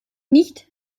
nicht